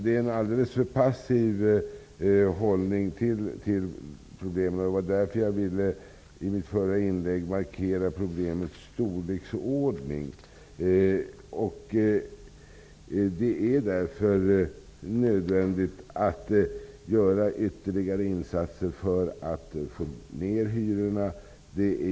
Det är en alldeles för passiv hållning till problemen. Därför ville jag i mitt förra inlägg markera problemets storleksordning. Det är nödvändigt att göra ytterligare insatser för att få ner hyrorna.